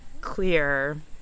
clear